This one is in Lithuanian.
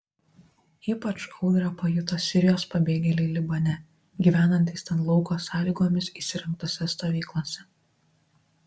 ypač audrą pajuto sirijos pabėgėliai libane gyvenantys ten lauko sąlygomis įsirengtose stovyklose